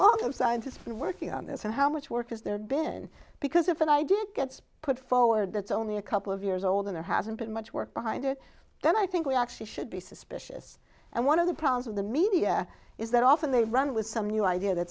of scientists are working on this and how much work has there been because if i did gets put forward that's only a couple of years old there hasn't been much work behind it then i think we actually should be suspicious and one of the problems of the media is that often they run with some new idea that